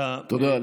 אתה, תודה.